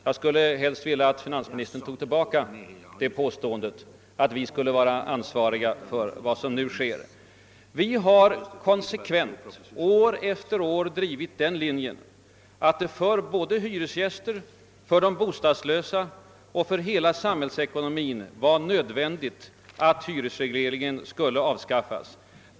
Jag skulle vilja att finansministern tog tillbaka påståendet att vi är ansvariga för vad som nu sker. Vi har konsekvent år efter år drivit den linjen att det för både hyresgäster, bostadslösa och hela samhällsekonomin är nödvändigt att hyresregleringen avskaffas.